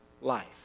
life